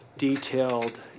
detailed